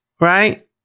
Right